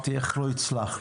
אמרתי איך לא הצלחנו.